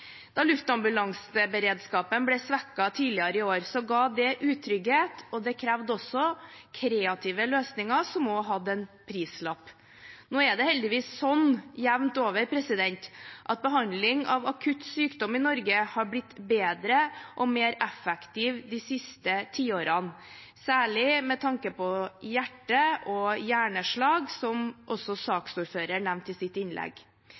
Da luftambulanseberedskapen ble svekket tidligere i år, ga det utrygghet og krevde kreative løsninger som hadde en prislapp. Nå er det heldigvis slik jevnt over at behandling av akutt sykdom i Norge har blitt bedre og mer effektiv de siste tiårene, særlig med tanke på hjerte- og hjerneslag, som også saksordføreren nevnte i sitt innlegg.